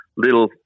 Little